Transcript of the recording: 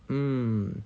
mm